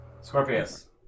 Scorpius